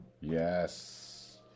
Yes